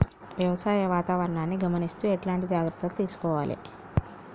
వ్యవసాయ వాతావరణాన్ని గమనిస్తూ ఎట్లాంటి జాగ్రత్తలు తీసుకోవాలే?